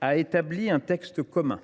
à établir un texte commun.